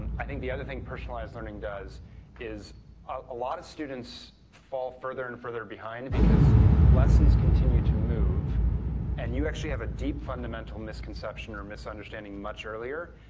and i think the other thing personalized learning does is a lot of students fall further and further behind because lessons continue to move and you actually have a deep fundamental misconception or misunderstanding much earlier.